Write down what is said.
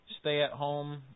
stay-at-home